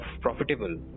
profitable